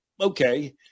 okay